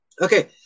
Okay